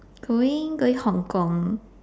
going going Hong-Kong